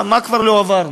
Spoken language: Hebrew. מה כבר לא עברנו.